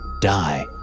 die